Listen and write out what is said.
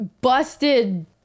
busted